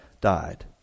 died